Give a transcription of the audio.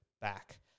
back